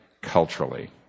culturally